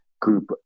group